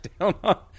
down